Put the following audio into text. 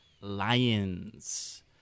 Lions